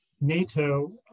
NATO